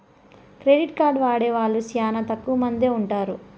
credit card వాడే వాళ్ళు శ్యానా తక్కువ మందే ఉంటారు